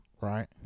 right